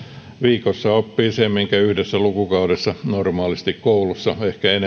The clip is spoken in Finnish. viikossa oppii sen minkä yhdessä lukukaudessa normaalisti koulussa ehkä enemmänkin ja se